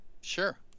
sure